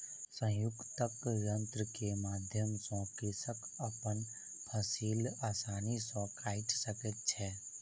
संयुक्तक यन्त्र के माध्यम सॅ कृषक अपन फसिल आसानी सॅ काइट सकै छै